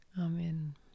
amen